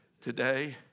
today